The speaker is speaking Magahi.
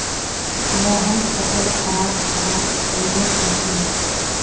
मोहन फसल खराब हबार वजह पुछले